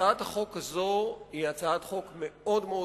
הצעת החוק הזאת היא מאוד בעייתית,